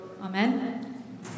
Amen